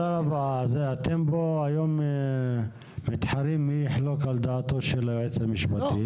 היום אתם מתחרים מי יחלוק על דעתו של היועץ המשפטי